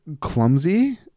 Clumsy